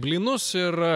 blynus ir